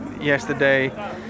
yesterday